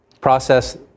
process